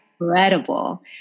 incredible